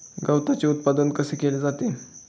गवताचे उत्पादन कसे केले जाते?